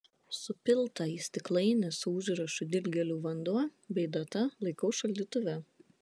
supiltą į stiklainį su užrašu dilgėlių vanduo bei data laikau šaldytuve